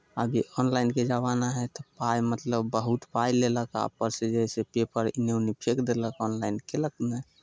अभी ऑनलाइनके जमाना हइ तऽ पाइ मतलब बहुत पाइ लेलक आ परसे जाहिसँ पेपर एन्ने ओन्ने फेँक देलक ऑनलाइन कयलक ऑनलाइन